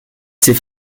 ces